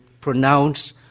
pronounce